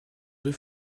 deux